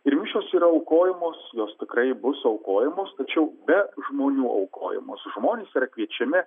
ir mišios yra aukojamos jos tikrai bus aukojamos tačiau be žmonių aukojamos žmonės yra kviečiami